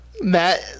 Matt